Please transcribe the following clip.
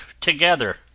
together